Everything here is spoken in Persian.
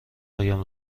هایم